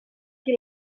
qui